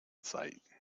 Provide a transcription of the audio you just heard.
sight